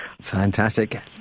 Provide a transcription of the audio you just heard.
Fantastic